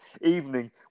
evening